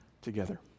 together